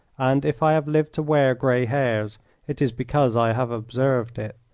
and if i have lived to wear grey hairs it is because i have observed it.